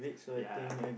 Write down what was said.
ya